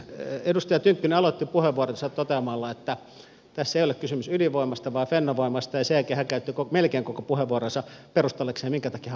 edustaja tynkkynen aloitti puheenvuoronsa toteamalla että tässä ei ole kysymys ydinvoimasta vaan fennovoimasta ja sen jälkeen hän käytti melkein koko puheenvuoronsa perustellakseen minkä takia hän vastustaa ydinvoimaa